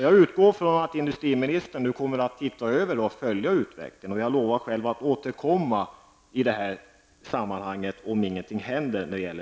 Jag utgår ifrån att industriministern nu kommer att titta över och följa utvecklingen, och jag lovar själv att återkomma om ingenting händer när det gäller